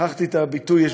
שכחתי את הביטוי.